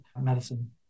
medicine